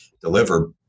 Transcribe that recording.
deliver